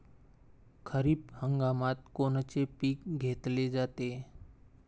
खरिप हंगामात कोनचे पिकं घेतले जाते?